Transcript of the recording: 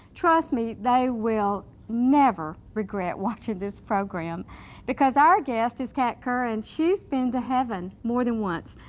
trust me, they will never regret watching this program because our guest is kat kerr and she's been to heaven more than once.